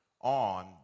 on